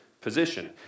position